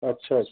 अच्छा अच्छा